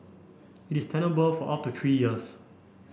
it is tenable for up to three years